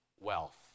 wealth